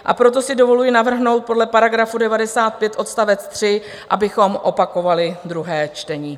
A proto si dovoluji navrhnout podle § 95 odst. 3, abychom opakovali druhé čtení.